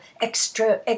extra